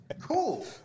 cool